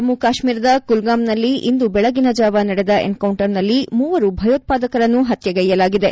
ಜಮ್ಮ ಕಾಶ್ಮೀರದ ಕುಲ್ಗಮ್ನಲ್ಲಿ ಇಂದು ಬೆಳಗ್ಗಿನ ಜಾವ ನಡೆದ ಎನ್ಕೌಂಟರ್ನಲ್ಲಿ ಮೂವರು ಭಯೋತ್ಪಾದಕರನ್ನು ಹತ್ಯೆಯೆಲಾಗಿದೆ